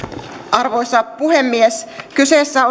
arvoisa puhemies kyseessä